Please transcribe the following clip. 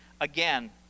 again